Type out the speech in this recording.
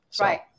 right